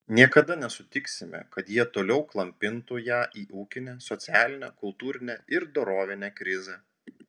niekada nesutiksime kad jie toliau klampintų ją į ūkinę socialinę kultūrinę ir dorovinę krizę